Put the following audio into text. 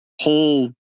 whole